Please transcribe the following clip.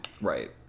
Right